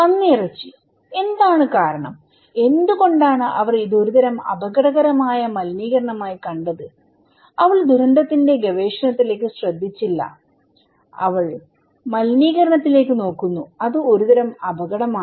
പന്നിയിറച്ചി എന്താണ് കാരണം എന്തുകൊണ്ടാണ് അവർ ഇത് ഒരുതരം അപകടകരമായ മലിനീകരണമായി കണ്ടത് അവൾ ദുരന്തത്തിന്റെ ഗവേഷണത്തിലേക്ക് ശ്രദ്ധിച്ചില്ല പക്ഷേ അവൾ മലിനീകരണത്തിലേക്ക് നോക്കുന്നു അതും ഒരുതരം അപകടമാണ്